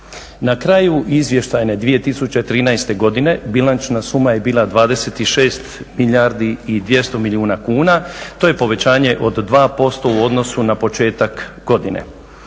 Na kraju izvještajne 2013. godine bilančna suma je bila 26 milijardi i 200 milijuna kuna, to je povećanje od 2% u odnosu na početak godine.